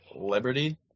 Liberty